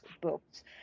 books